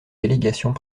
délégations